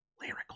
lyrical